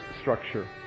structure